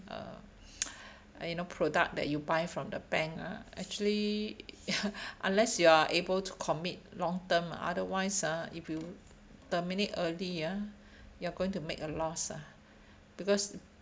uh uh you know product that you buy from the bank ah actually unless you are able to commit long term otherwise ah if you terminate early ah you're going to make a loss ah because